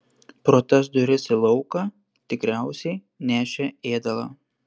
pro tas duris į lauką tikriausiai nešė ėdalą